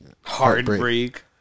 Heartbreak